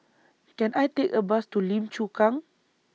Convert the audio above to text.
Can I Take A Bus to Lim Chu Kang